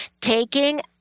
taking